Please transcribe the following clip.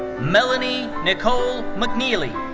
melanie nikole mcneely.